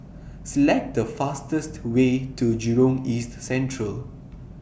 Select The fastest Way to Jurong East Central